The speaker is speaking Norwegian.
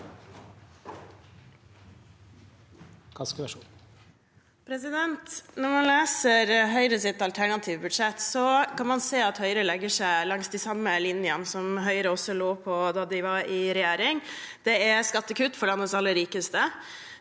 Når man leser Høyres alternative budsjett, kan man se at Høyre legger seg langs de samme linjene som Høyre også lå på da de var i regjering. Det er skattekutt for landets aller rikeste.